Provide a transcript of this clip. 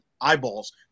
eyeballs